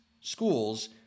schools